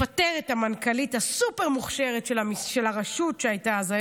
לפטר את המנכ"לית הסופר-מוכשרת של הרשות שהייתה אז,